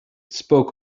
spoke